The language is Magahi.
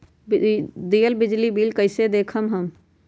दियल बिजली बिल कइसे देखम हम?